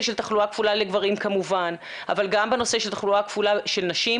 של תחלואה כפולה לגברים כמובן אבל גם לנושא של תחלואה כפולה של נשים,